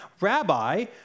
Rabbi